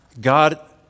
God